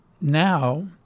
now